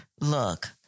Look